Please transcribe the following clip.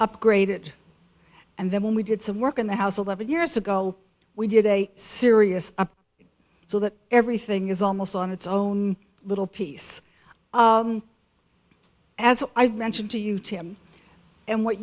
upgraded and then when we did some work on the house eleven years ago we did a serious so that everything is almost on its own little piece as i've mentioned to you tim and what